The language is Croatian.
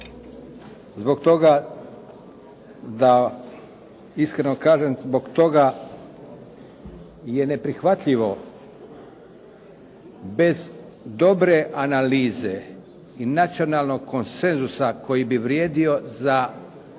Zbog toga, da iskreno kažem zbog toga je neprihvatljivo bez dobre analize i nacionalnog konsenzusa koji bi vrijedio za većinu